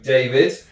David